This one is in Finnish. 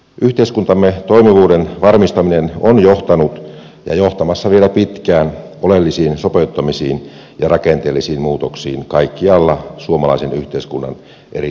yhteiskuntamme toimivuuden varmistaminen on johtanut ja johtamassa vielä pitkään oleellisiin sopeuttamisiin ja rakenteellisiin muutoksiin kaikkialla suomalaisen yhteiskunnan eri sektoreilla